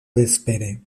vespere